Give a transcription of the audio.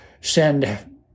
send